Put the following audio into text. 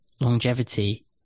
longevity